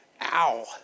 Ow